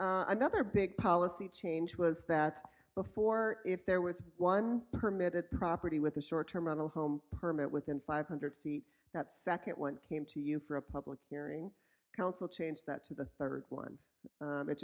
another big policy change was that before if there was one permit at the property with a short term rental home permit within five hundred feet that second one came to you for a public hearing council change that to the third one